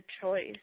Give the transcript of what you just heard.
choice